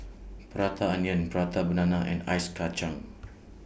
Prata Onion Prata Banana and Ice Kachang